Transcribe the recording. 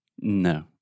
No